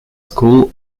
school